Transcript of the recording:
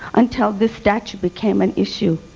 until this statue became an issue.